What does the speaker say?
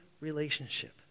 relationship